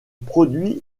produit